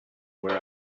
were